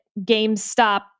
GameStop